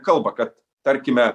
kalba kad tarkime